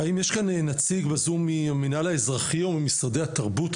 האם יש כאן נציג בזום מהמינהל האזרחי או ממשרדי התרבות,